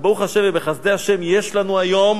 וברוך השם ובחסדי השם יש לנו היום,